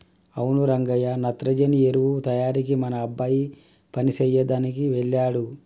అవును రంగయ్య నత్రజని ఎరువు తయారీకి మన అబ్బాయి పని సెయ్యదనికి వెళ్ళాడు